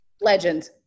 Legend